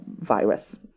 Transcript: virus